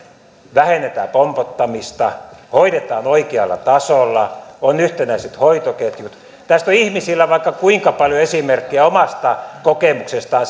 vähennetään pompottamista hoidetaan oikealla tasolla on yhtenäiset hoitoketjut tästä on ihmisillä vaikka kuinka paljon esimerkkejä omasta kokemuksestaan